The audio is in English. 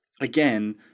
again –